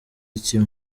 kimwe